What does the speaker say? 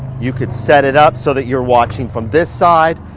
you could set it up so that you're watching from this side,